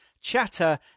chatter